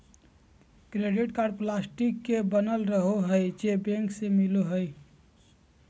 credit card plastic के बनल रहो हइ जे बैंक से मिलो हइ